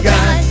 God